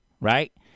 right